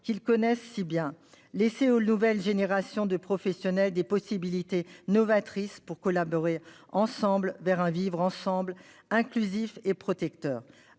qu'ils connaissent si bien. C'est donner aux nouvelles générations de professionnels des possibilités novatrices pour collaborer vers un vivre ensemble inclusif et protecteur.